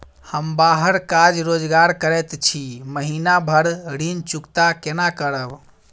हम बाहर काज रोजगार करैत छी, महीना भर ऋण चुकता केना करब?